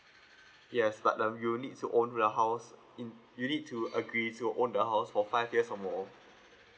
yes but um you need to own the house in you need to agree if you own the house for five years or more